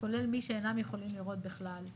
כולל מי שאינם יכולים לראות בכלל.